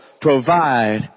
provide